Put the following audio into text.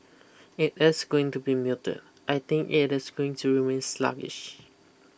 it is going to be muted I think it is going to remain sluggish